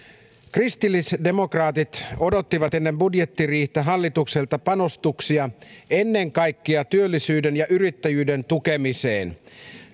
kristillisdemokraatit odottivat ennen budjettiriihtä hallitukselta panostuksia ennen kaikkea työllisyyden ja yrittäjyyden tukemiseen